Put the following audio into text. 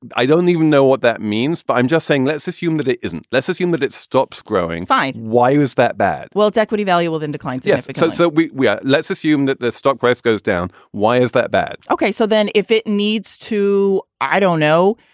i don't even know what that means, but i'm just saying, let's assume that it isn't. let's assume that it stops growing fine. why is that bad? well, it's equity valuable then declines. yes. so it's so also we are let's assume that the stock price goes down. why is that bad? ok. so then if it needs to, i don't know,